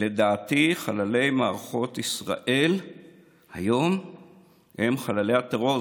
ולדעתי, חללי מערכות ישראל היום הם חללי הטרור.